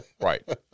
right